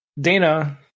Dana